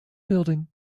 building